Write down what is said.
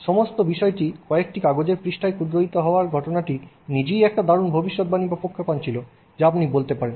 সমগ্র বিষয়টি কয়েকটি কাগজের পৃষ্ঠায় ক্ষুদ্রায়িত হওয়ার ঘটনাটি নিজেই একটা দারুন ভবিষ্যৎবাণী পা প্রক্ষেপণ ছিল যা আপনি বলতে পারেন